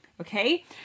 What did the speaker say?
okay